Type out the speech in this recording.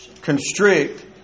constrict